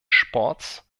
sports